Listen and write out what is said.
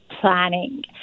planning